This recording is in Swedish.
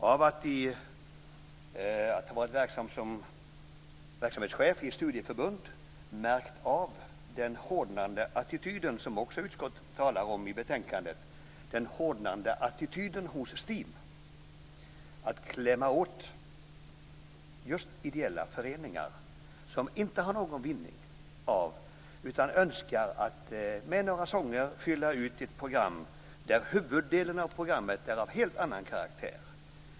Jag har varit verksam som verksamhetschef i ett studieförbund och märkt av den hårdnande attityden hos STIM, som också utskottet talar om i betänkandet, att klämma åt just ideella föreningar som inte har någon vinning av utan en önskan om att med några sånger fylla ut ett program där huvuddelen av programmet är av en helt annan karaktär.